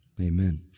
amen